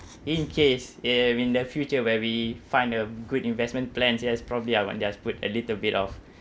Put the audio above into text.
in case ya in the future where we find a good investment plans yes probably I want just put a little bit of